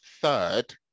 third